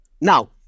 Now